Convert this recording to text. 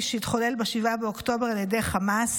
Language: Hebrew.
שהתחולל ב-7 באוקטובר על ידי חמאס,